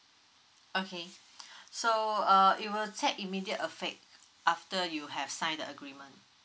okay so uh it will take immediate affect after you have signed the agreement